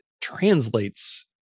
translates